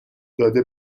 داده